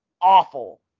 awful